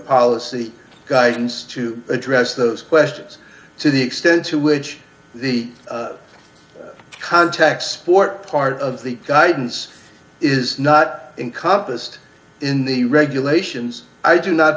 policy guidance to address those questions to the extent to which the contact sport part of the guidance is not in compas in the regulations i do not